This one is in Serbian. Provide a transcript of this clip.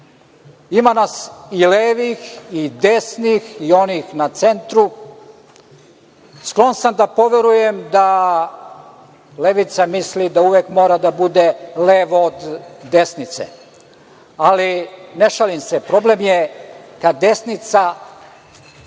Ima nas i levih i desnih i onih na centru. Sklon sam da poverujem da levica mislim da uvek mora da bude levo od desnice. Ne šalim se. Problem je kada desnica